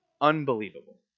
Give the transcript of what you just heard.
unbelievable